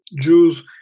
Jews